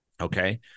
Okay